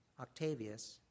Octavius